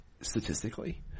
statistically